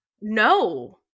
No